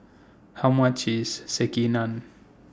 How much IS Sekihan